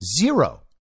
Zero